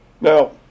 Now